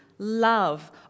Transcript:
Love